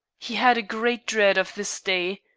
he had a great dread of this day.